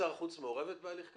סגנית שר החוץ מעורבת בהליך כזה?